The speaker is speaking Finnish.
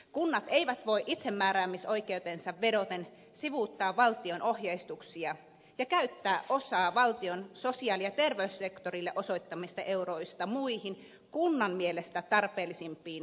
kunnat eivät voi itsemääräämisoikeuteensa vedoten sivuuttaa valtion ohjeistuksia ja käyttää osaa valtion sosiaali ja terveyssektorille osoittamista euroista muihin kunnan mielestä tarpeellisempiin kohteisiin